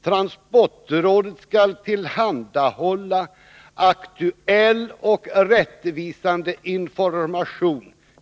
Transportrådet skall tillhandahålla aktuell och rättvisande information.